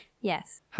Yes